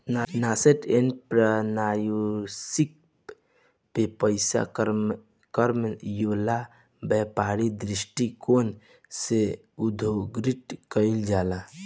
nascent entrepreneurship में पइसा कामायेला व्यापारिक दृश्टिकोण से उद्घाटन कईल जाला